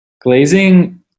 Glazing